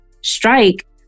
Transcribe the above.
strike